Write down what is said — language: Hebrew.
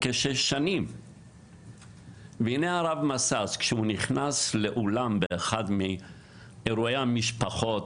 שכשנכנס לאולם באחד מאירועי המשפחות